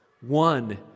One